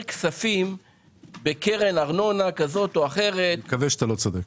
כספים בקרן ארנונה כזו או אחרת- - מקווה שאתה לא צודק.